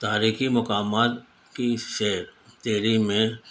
تاریخی مقامات کی سیر دہلی میں